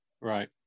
Right